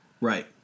Right